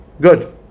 Good